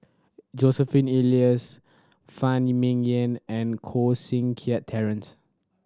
Joseph Elias Phan Ming Yen and Koh Seng Kiat Terence